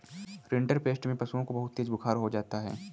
rinderpest में पशुओं को तेज बुखार हो जाता है